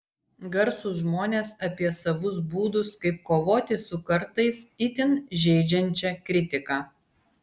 garsūs žmonės apie savus būdus kaip kovoti su kartais itin žeidžiančia kritika